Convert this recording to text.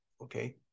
Okay